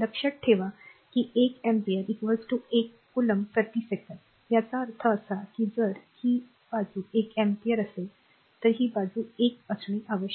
लक्षात ठेवा की 1 अँपिअर 1 कोलॉम्ब प्रति सेकंद त्याचा अर्थ असा की जर ही बाजू 1 एम्पीअर असेल तर ही बाजू 1 असणे आवश्यक आहे